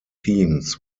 teams